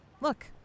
Look